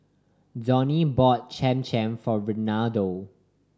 Donny bought Cham Cham for Reynaldo